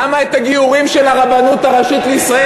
למה הגיורים של הרבנות הראשית לישראל,